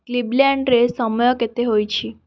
କ୍ଲିବ୍ଲ୍ୟାଣ୍ଡ୍ରେ ସମୟ କେତେ ହୋଇଛି